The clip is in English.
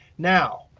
now,